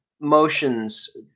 motions